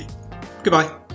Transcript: Goodbye